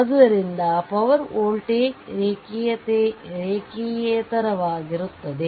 ಆದ್ದರಿಂದ power voltage ರೇಖೀಯೇತರವಾಗಿರುತ್ತದೆ